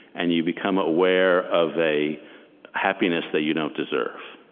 and you become aware of a happiness that you don't deserve,